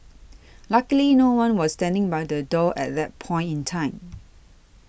luckily no one was standing by the door at that point in time